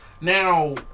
now